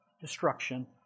destruction